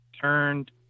turned